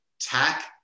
tech